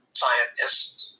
scientists